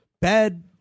bad